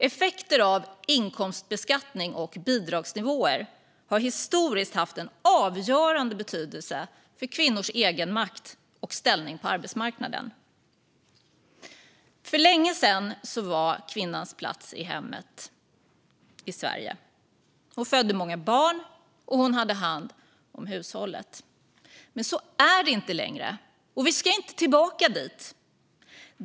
Effekter av inkomstbeskattning och bidragsnivåer har historiskt haft en avgörande betydelse för kvinnors egenmakt och ställning på arbetsmarknaden. För länge sedan var kvinnans plats i Sverige i hemmet. Hon födde många barn och hade hand om hushållet. Så är det inte längre, och vi ska inte tillbaka dit.